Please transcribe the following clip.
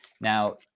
Now